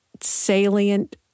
salient